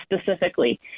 specifically